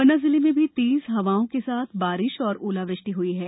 पन्ना जिले में भी तेज हवाओं के साथ बारिश और ओलावृष्टि हुई है